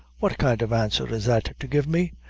what kind of answer is that to give me?